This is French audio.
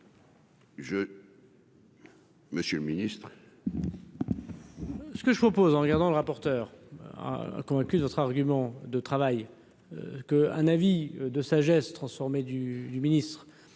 monsieur le ministre,